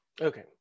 Okay